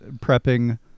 prepping